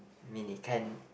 I mean it can